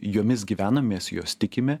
jomis gyvenam mes juos tikime